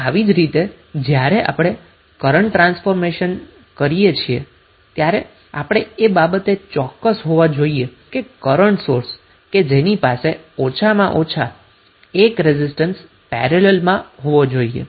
હવે આવી જ રીતે જ્યારે આપણે કરન્ટ ટ્રાન્સફોર્મેશન કરીએ છીએ ત્યારે આપણે એ બાબતે ચોક્કસ હોવા જોઈએ કે કરન્ટ સોર્સ કે જેની પાસે ઓછામાં ઓછો એક રેઝિસ્ટન્સ પેરેલલમાં હોવો જોઈએ